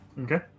Okay